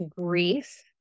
grief